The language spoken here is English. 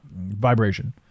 vibration